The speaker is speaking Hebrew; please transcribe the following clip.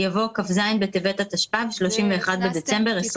יבוא "כ"ז בטבת התשפ"ב (31 בדצמבר 2021)";"